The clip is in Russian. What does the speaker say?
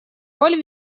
роль